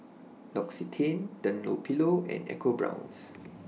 L'Occitane Dunlopillo and EcoBrown's